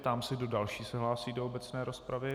Ptám se, kdo další se hlásí do obecné rozpravy.